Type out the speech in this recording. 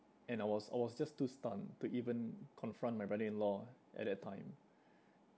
and I was I was just too stunned to even confront my brother-in-law at that time